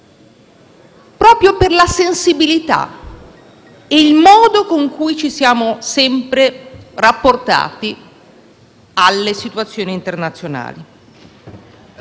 proprio per la sensibilità e il modo con cui ci siamo sempre rapportati alle situazioni internazionali.